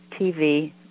TV